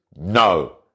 no